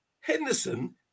Henderson